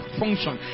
function